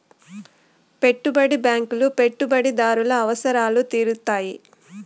పెట్టుబడి బ్యాంకులు పెట్టుబడిదారుల అవసరాలు తీరుత్తాయి